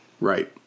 Right